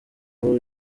ubu